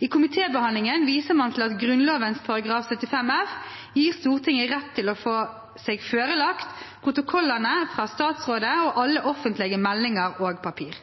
I komitébehandlingen viser man til at Grunnloven § 75 f gir Stortinget rett til å få seg forelagt protokollene fra Statsrådet og alle offentlige meldinger og papirer.